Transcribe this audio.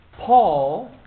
Paul